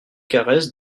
carrez